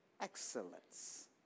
excellence